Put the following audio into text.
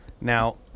Now